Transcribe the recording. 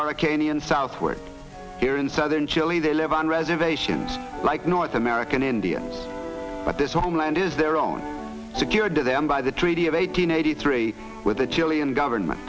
arcadian southward here in southern chile they live on reservations like north american indians but this homeland is their own secured to them by the treaty of eight hundred eighty three with the chilean government